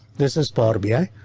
this is power bi.